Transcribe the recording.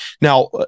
now